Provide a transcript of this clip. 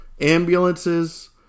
Ambulances